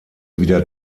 wieder